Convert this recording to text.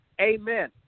Amen